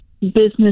business